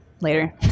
later